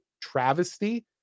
travesty